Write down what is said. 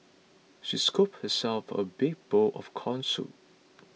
she scooped herself a big bowl of Corn Soup